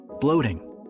bloating